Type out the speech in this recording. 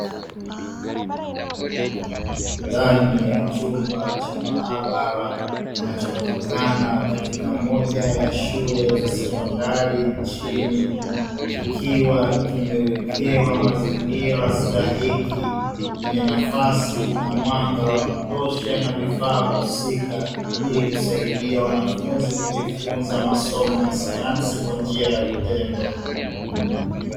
Ndani ya chumba cha maabara kinachopatikana katika moja ya shule za sekondari nchini, kikiwa kimewekewa mazingira stahiki yenye nafasi na mwanga wa kutosha, na vifaa husika ili kusaidia wanafunzi kujifunza masomo ya sayansi kwa njia ya vitendo.